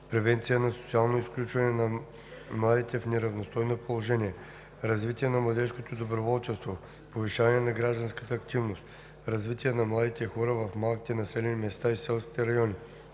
превенция на социалното изключване на младите в неравностойно положение; развитие на младежкото доброволчество; повишаване на гражданската активност; развитие на младите хора в малките населени места и селските райони;